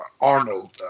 Arnold